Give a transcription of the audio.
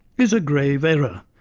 is a grave error,